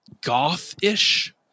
goth-ish